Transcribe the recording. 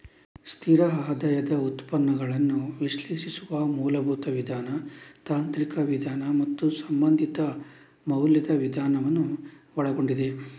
ಸ್ಥಿರ ಆದಾಯದ ಉತ್ಪನ್ನಗಳನ್ನು ವಿಶ್ಲೇಷಿಸುವ ಮೂಲಭೂತ ವಿಧಾನ, ತಾಂತ್ರಿಕ ವಿಧಾನ ಮತ್ತು ಸಂಬಂಧಿತ ಮೌಲ್ಯದ ವಿಧಾನವನ್ನು ಒಳಗೊಂಡಿವೆ